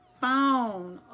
phone